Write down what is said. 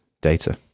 data